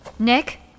Nick